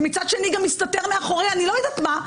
ומצד שני גם מסתתר מאחורי אני לא יודעת מה,